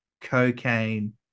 cocaine